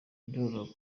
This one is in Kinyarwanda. biroroha